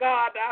God